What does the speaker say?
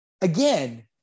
again